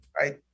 Right